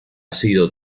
sido